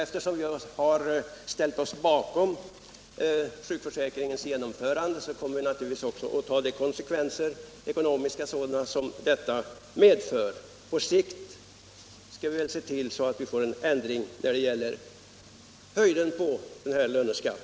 Eftersom vi har ställt oss bakom detta, kommer vi naturligtvis också att ta de ekonomiska konsekvenserna härav. På sikt skall vi väl se till att ändra storleken av denna löneskatt.